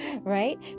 right